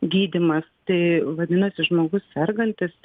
gydymas tai vadinasi žmogus sergantis